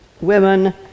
women